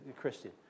Christian